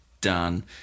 done